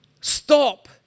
stop